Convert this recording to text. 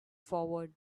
forward